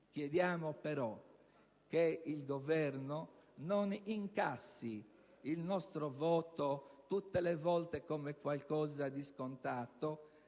Chiediamo però che il Governo non incassi il nostro voto tutte le volte come qualcosa di scontato,